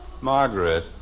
Margaret